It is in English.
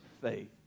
faith